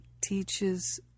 teaches